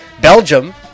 Belgium